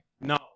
No